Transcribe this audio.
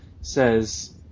says